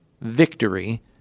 victory